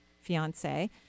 fiance